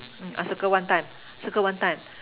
I circle one time circle one time